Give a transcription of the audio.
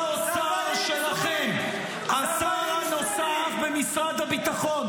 -- שר האוצר שלכם, השר הנוסף במשרד הביטחון